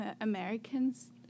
Americans